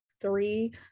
three